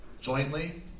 jointly